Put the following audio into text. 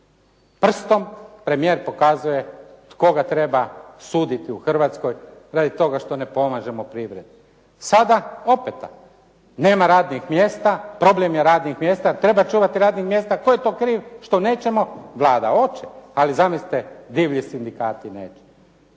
prstom premijer pokazuje koga treba suditi u Hrvatskoj radi toga što ne pomažemo privredi. Sada opet. Nema radnih mjesta, problem je radnih mjesta. Treba čuvati radna mjesta. Tko je to kriv što nećemo? Vlada hoće. Ali zamislite divlji sindikati neće.